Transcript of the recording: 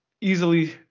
easily